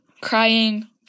crying